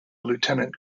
lieutenant